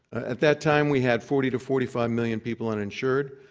at that time, we had forty to forty five million people uninsured.